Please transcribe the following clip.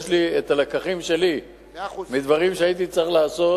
יש לי הלקחים שלי מדברים שהייתי צריך לעשות